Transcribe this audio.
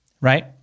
right